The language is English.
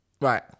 Right